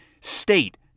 state